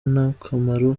n’akamaro